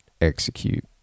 execute